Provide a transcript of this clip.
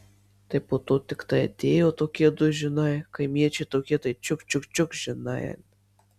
tai po to tiktai atėjo tokie du žinai kaimiečiai tokie tai čiuk čiuk čiuk žinai